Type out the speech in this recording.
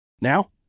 Now